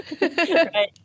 Right